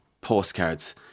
postcards